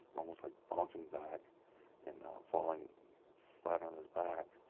almost like bouncing back and falling flat on his back.